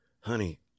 honey